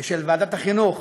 של ועדת החינוך